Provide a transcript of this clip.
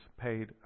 paid